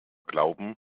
glauben